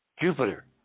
Jupiter